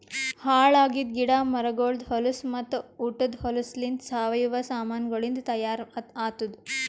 ಹಾಳ್ ಆಗಿದ್ ಗಿಡ ಮರಗೊಳ್ದು ಹೊಲಸು ಮತ್ತ ಉಟದ್ ಹೊಲಸುಲಿಂತ್ ಸಾವಯವ ಸಾಮಾನಗೊಳಿಂದ್ ತೈಯಾರ್ ಆತ್ತುದ್